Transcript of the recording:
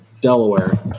Delaware